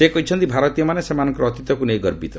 ସେ କହିଛନ୍ତି ଭାରତୀୟମାନେ ସେମାନଙ୍କର ଅତୀତକ୍ର ନେଇ ଗର୍ବିତ